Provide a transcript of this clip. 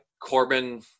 Corbin –